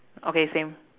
okay same